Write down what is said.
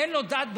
אין לו דת בכלל,